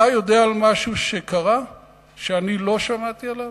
אתה יודע על משהו שקרה שאני לא שמעתי עליו?